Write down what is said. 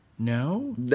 No